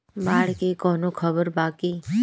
बाढ़ के कवनों खबर बा की?